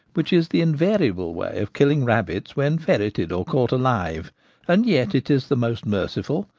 which is the invariable way of killing rabbits when ferreted or caught alive and yet it is the most merciful,